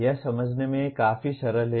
यह समझने में काफी सरल है